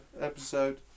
episode